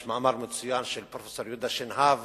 יש מאמר מצוין של פרופסור יהודה שנהב